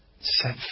set